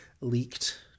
leaked